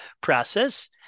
process